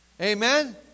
Amen